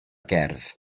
gerdd